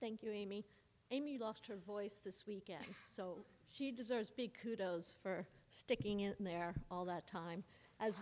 thank you amy amy lost her voice this week so she deserves big kudos for sticking it in there all that time as